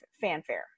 fanfare